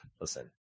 Listen